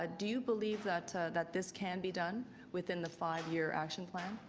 ah do you believe that that this can be done within the five-year action plan?